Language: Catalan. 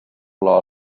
flor